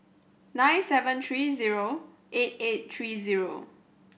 nine seven three zero eight eight three zero